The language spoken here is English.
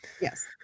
Yes